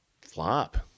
flop